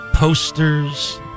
Posters